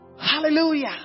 Hallelujah